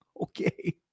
Okay